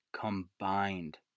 combined